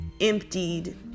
emptied